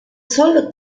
solo